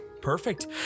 Perfect